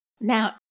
Now